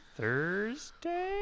Thursday